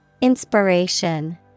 Inspiration